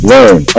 Learn